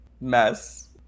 mess-